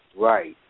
Right